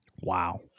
Wow